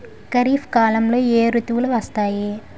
ఖరిఫ్ కాలంలో ఏ ఋతువులు వస్తాయి?